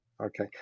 Okay